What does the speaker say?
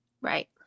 Right